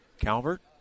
Calvert